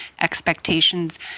expectations